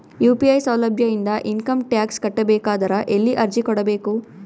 UPI ಸೌಲಭ್ಯ ಇಂದ income tax ಕಟ್ಟಬೇಕಾದರ ಎಲ್ಲಿ ಅರ್ಜಿ ಕೊಡಬೇಕು?